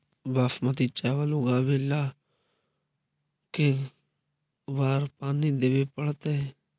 बासमती चावल उगावेला के बार पानी देवे पड़तै?